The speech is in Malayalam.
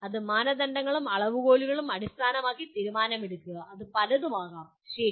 അത് മാനദണ്ഡങ്ങളും അളവുകോലുകളും അടിസ്ഥാനമാക്കി തീരുമാനമെടുക്കുക അത് പലതും ആകാം ശരി